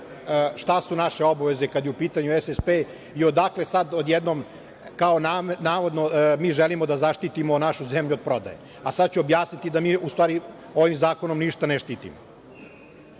šta su naše obaveze kada je u pitanju SSP i odakle sada odjednom, kao navodno, mi želimo da zaštitimo našu zemlju od prodaje. Objasniću sada da u stvari ovim zakonom mi ništa ne štitimo. Prvo,